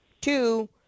Two